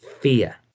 fear